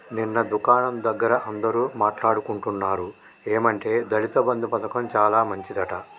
నిన్న దుకాణం దగ్గర అందరూ మాట్లాడుకుంటున్నారు ఏమంటే దళిత బంధు పథకం చాలా మంచిదట